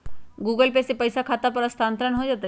Google Pay से पईसा खाता पर स्थानानंतर हो जतई?